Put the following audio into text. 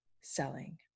selling